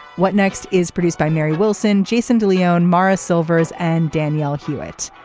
what next is produced by mary wilson jason de leon morris silvers and danielle hewitt.